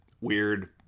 weird